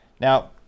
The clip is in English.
Now